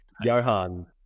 johan